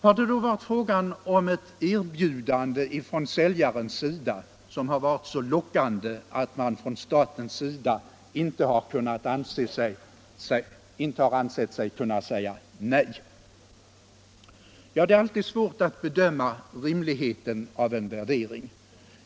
Har det då varit fråga om ett erbjudande från säljarens sida som har varit så lockande att man från statligt håll inte har ansett sig kunna säga nej? Det är alltid svårt att bedöma rimligheten av en värdering.